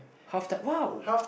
!wow!